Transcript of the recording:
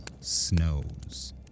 snows